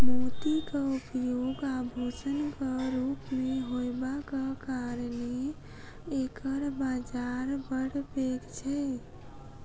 मोतीक उपयोग आभूषणक रूप मे होयबाक कारणेँ एकर बाजार बड़ पैघ छै